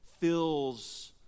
fills